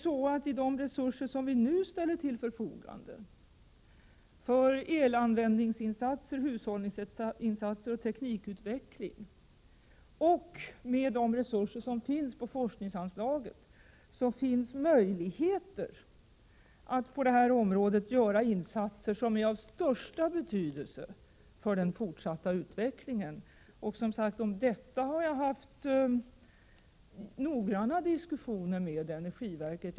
Med de resurser vi nu ställer till förfogande för elanvändningsinsatser, hushållningsinsatser och teknikutveckling och med de resurser som finns genom forskningsanslaget är det möjligt att på detta område göra insatser som är av stor betydelse för den fortsatta utvecklingen. Om detta har jag fört noggranna diskussioner med energiverket.